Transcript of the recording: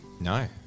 No